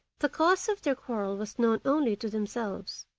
the cause of their quarrel was known only to themselves,